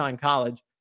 College